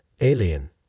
alien